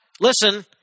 listen